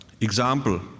example